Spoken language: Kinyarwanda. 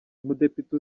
umudepite